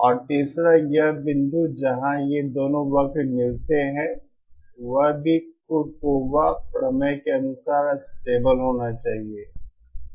और तीसरा यह बिंदु जहां ये दोनों वक्र मिलते हैं वह भी कुरकोवा प्रमेय के अनुसार स्टेबल होना चाहिए